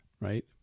right